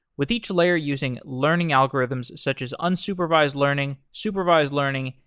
with each layer using learning algorithms such as unsupervised learning, supervised learning,